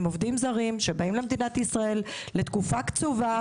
הם עובדים זרים שמגיעים לישראל לתת מענה במקומות